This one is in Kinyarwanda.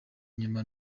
inyuma